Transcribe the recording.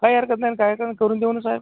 काही हरकत नाही काय पण करून देऊ ना साहेब